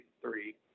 three